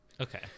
Okay